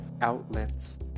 outlets